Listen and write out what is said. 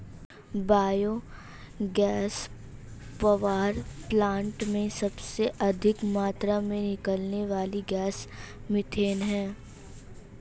bio gas power plant में सबसे अधिक मात्रा में निकलने वाली गैस मिथेन है